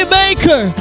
maker